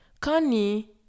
Connie